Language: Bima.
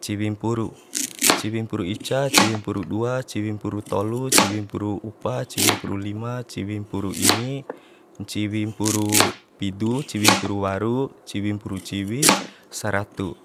ciwi mpuru ciwi mpuru ica ciwi mpuru dua ciwi mpuru tolu ciwi mpuru upa ciwi mpuru lima ciwi mpuru ini ciwi mpuru pidu ciwi mpuru waru ciwi mpuru ciwi saratu